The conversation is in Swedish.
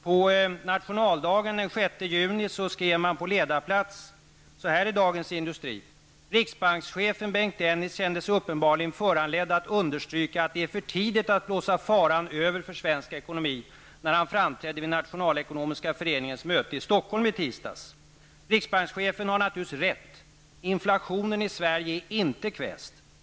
På nationaldagen, den 6 juni, skrev man på ledarplats så här i Dagens Industri: ''Riksbankschefen Bengt Dennis kände sig uppenbarligen föranledd att understryka att det är för tidigt att blåsa faran över för svensk ekonomi när han främträdde vid Nationalekonomiska föreningens möte i Stockholm i tisdags. Riksbankschefen var naturligtvis rätt. Inflationen i Sverige är inte kväst.